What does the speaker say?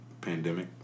Pandemic